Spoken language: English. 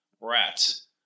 Rats